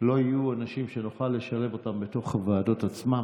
ולא יהיו אנשים שנוכל לשלב אותם בתוך הוועדות עצמן,